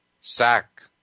sack